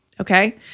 Okay